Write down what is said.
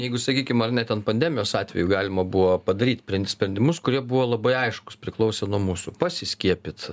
jeigu sakykim ar ne ten pandemijos atveju galima buvo padaryt sprendimus kurie buvo labai aiškūs priklausė nuo mūsų pasiskiepyt